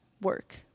work